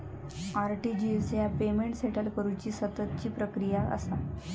RTGS ह्या payment settle करुची सततची प्रक्रिया असा